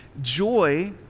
Joy